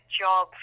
job